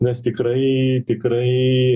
nes tikrai tikrai